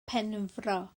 penfro